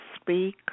speak